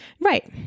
Right